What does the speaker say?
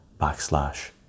backslash